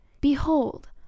behold